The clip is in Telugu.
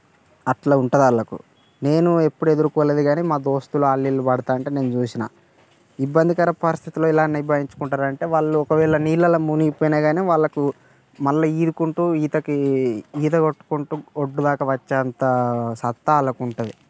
ఆలా ఉంటుంది వాళ్ళకు నేను ఎప్పుడు ఎదుర్కోలేదు కానీ మా దోస్తులు వాళ్ళు వీళ్ళు పడుతూ ఉంటే నేను చూసాను ఇబ్బందికర పరిస్తితిలో ఎలా నిర్వహించుకుంటారు అంటే వాళ్ళు ఒకవేళ నీళ్ళలో ములిగిపోయినా కాని వాళ్ళకు మళ్ళీ ఈదుకుంటూ ఈతకి ఈత కొట్టుకుంటూ ఒడ్డు దాకా వచ్చే అంత సత్తా వాళ్ళకు ఉంటుంది